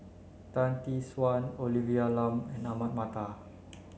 Tan Tee Suan Olivia Lum Ahmad Mattar